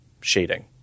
shading